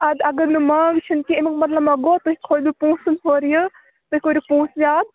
اَدٕ اگر نہٕ مانٛگ چھَنہٕ کیٚنٛہہ اَمیُک مطلب گوٚو تُہۍ کھٲلِو پوسَن ہورٕ یہِ تُہۍ کٔرِو پونٛسہٕ